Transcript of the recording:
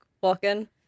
walking